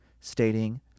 stating